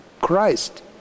Christ